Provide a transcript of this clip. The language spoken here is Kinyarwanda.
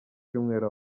cyumweru